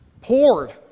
Poured